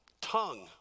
Tongue